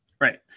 Right